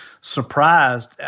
surprised